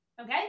Okay